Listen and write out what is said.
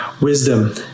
wisdom